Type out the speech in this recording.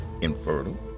infertile